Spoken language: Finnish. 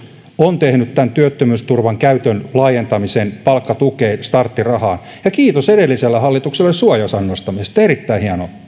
on tehnyt tämän työttömyysturvan käytön laajentamisen palkkatukeen starttirahaan ja kiitos edelliselle hallitukselle suojaosan nostamisesta erittäin